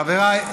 חבריי,